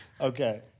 Okay